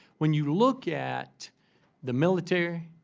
when you look at the military,